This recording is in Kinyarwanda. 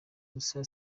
gusa